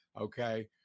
okay